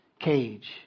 Cage